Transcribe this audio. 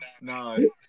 No